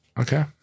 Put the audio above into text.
Okay